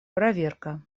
проверка